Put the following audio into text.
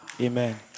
amen